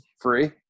free